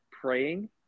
praying